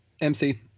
MC